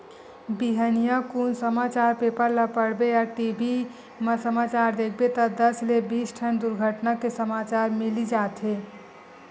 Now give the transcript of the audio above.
बिहनिया कुन समाचार पेपर ल पड़बे या टी.भी म समाचार देखबे त दस ले बीस ठन दुरघटना के समाचार मिली जाथे